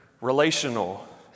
relational